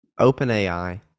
OpenAI